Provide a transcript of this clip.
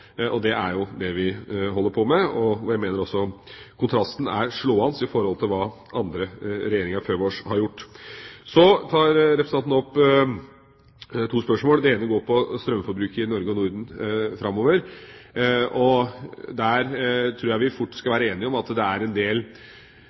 Det er det vi holder på med. Jeg mener også at kontrasten til hva andre regjeringer før oss har gjort, er slående. Så tar representanten opp to spørsmål. Det ene går på strømforbruket framover i Norge og i Norden. Jeg tror vi fort kan bli enige om at det er en del parametre, en del faktorer, som vi skal